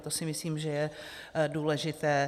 To si myslím, že je důležité.